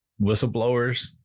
whistleblowers